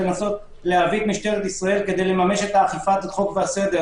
לנסות להביא את משטרת ישראל כדי לממש את אכיפת החוק והסדר